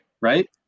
right